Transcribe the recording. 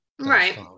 Right